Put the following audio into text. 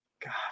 God